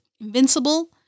invincible